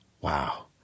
wow